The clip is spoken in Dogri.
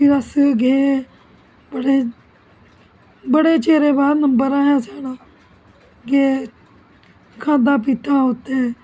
फिर अस गे बडे़ बडे़ चिरे बाद नम्बर आया साढ़ा ेए खाद्धा पीता उत्थै